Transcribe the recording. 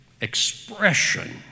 expression